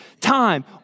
time